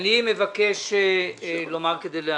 אני מבקש לומר כדלהלן: